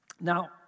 Now